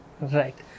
Right